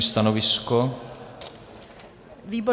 Stanovisko výboru?